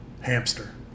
Hamster